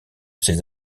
ses